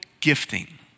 gifting